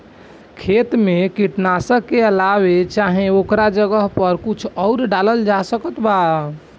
खेत मे कीटनाशक के अलावे चाहे ओकरा जगह पर कुछ आउर डालल जा सकत बा?